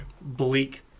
bleak